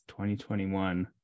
2021